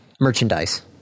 merchandise